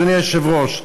אדוני היושב-ראש,